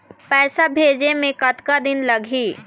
पैसा भेजे मे कतका दिन लगही?